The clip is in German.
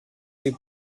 die